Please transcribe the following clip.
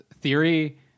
theory